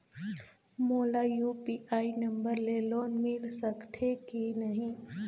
मोला UPI number ले loan मिल सकथे कि नहीं?